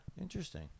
Interesting